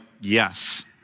Yes